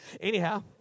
Anyhow